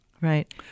Right